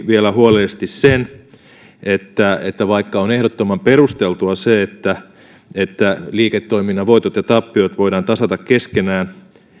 vielä tutkii huolellisesti sen että että vaikka on ehdottoman perusteltua se että että liiketoiminnan voitot ja tappiot voidaan tasata keskenään